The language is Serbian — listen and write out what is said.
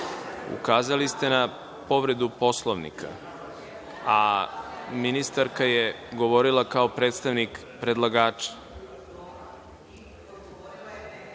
ukazali ste na povredu Poslovnika, a ministarka je govorila, kao predstavnik predlagača.(Vjerica